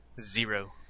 zero